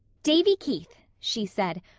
davy keith, she said,